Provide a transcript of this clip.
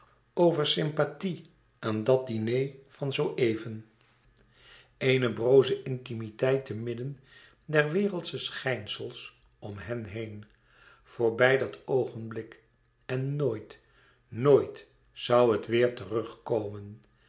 over sympathie aan dat diner van zoo even eene broze intimiteit te midden der wereldsche schijnsels om hen heen voorbij dat oogenblik en nooit nit zoû het weêr terug